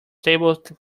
tabled